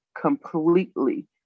completely